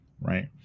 right